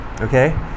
okay